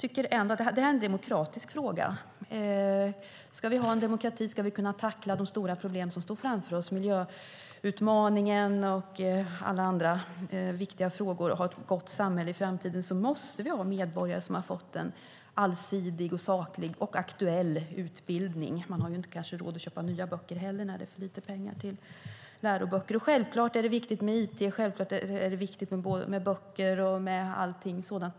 Det här är en demokratisk fråga. Ska vi ha en demokrati och ska vi kunna tackla de stora problem som står framför oss, till exempel miljöutmaningen och alla andra viktiga frågor och ha ett gott samhälle i framtiden, måste vi ha medborgare som har fått en allsidig, saklig och aktuell utbildning. Man har ju kanske inte råd att köpa nya böcker heller när det finns för lite pengar. Självklart är det viktigt med it, men självklart är det också viktigt med böcker och allting sådant.